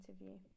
interview